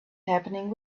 happening